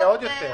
זה עוד יותר.